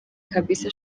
kabisa